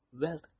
Wealth